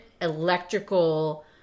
electrical